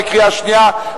בקריאה שנייה.